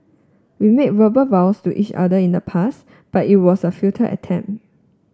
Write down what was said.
we made verbal vows to each other in the past but it was a futile attempt